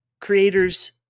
creators